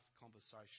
conversation